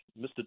Mr